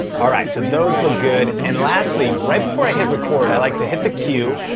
alright, so those look good. and lastly, right before i hit record, i like to hit the q,